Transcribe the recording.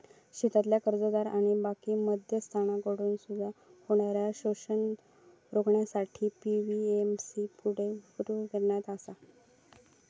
शेतकऱ्यांचा कर्जदार आणि बाकी मध्यस्थांकडसून होणारा शोषण रोखण्यासाठी ए.पी.एम.सी सुरू केलेला आसा